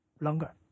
longer